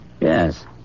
Yes